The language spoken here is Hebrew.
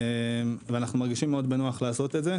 אנחנו מרגישים מאוד בנוח לעשות זאת.